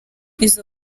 izo